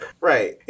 Right